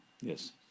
yes